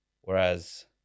Whereas